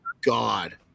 God